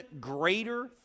greater